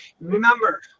remember